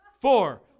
four